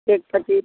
एक पच्चीस